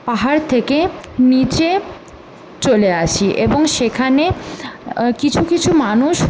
পাহাড় থেকে নিচে চলে আসি এবং সেখানে কিছু কিছু মানুষ